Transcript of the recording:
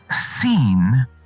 seen